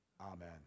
amen